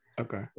okay